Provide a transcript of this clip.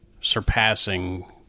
surpassing